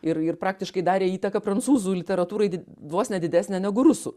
ir ir praktiškai darė įtaką prancūzų literatūrai vos ne didesnę negu rusų